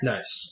Nice